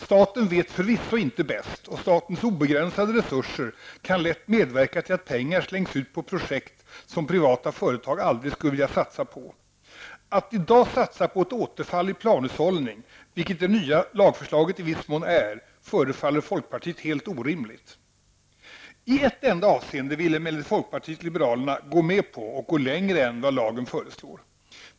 Staten vet förvisso inte bäst, och statens obegränsade resurser kan lätt medverka till att pengar slängs ut på projekt som privata företag aldrig skulle vilja satsa på. Att i dag satsa på ett återfall i planhushållning, vilket det nya lagförslaget i viss mån är, förefaller folkpartiet helt orimligt. I ett enda avseende vill emellertid folkpartiet liberalerna gå med på, och gå längre än, vad lagen föreslår.